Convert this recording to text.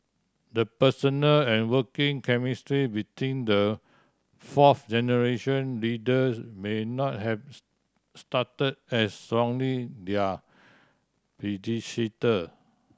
the personal and working chemistry between the fourth generation leaders may not have start as strongly their predecessor